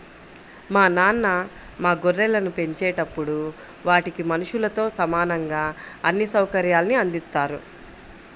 మా నాన్న మా గొర్రెలను పెంచేటప్పుడు వాటికి మనుషులతో సమానంగా అన్ని సౌకర్యాల్ని అందిత్తారు